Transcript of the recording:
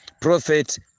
prophet